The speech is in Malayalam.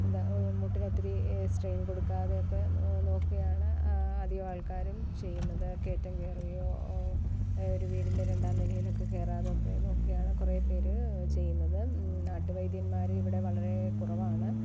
എന്താണ് മുട്ടിന് ഒത്തിരി സ്ട്രൈൻ കൊടുക്കാതെയൊക്കെ നോക്കിയാണ് അധികം ആൾക്കാരും ചെയ്യുന്നത് കയറ്റം കയറുകയോ ഒരു വീടിൻ്റെ രണ്ടാം നിലയിലോ ഒക്കെ കയറാതെയൊക്കെ നോക്കുകയാണ് കുറേ പേർ ചെയ്യുന്നത് നാട്ടുവൈദ്യന്മാർ ഇവിടെ വളരെ കുറവാണ്